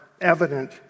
evident